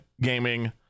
gaming